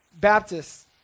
Baptists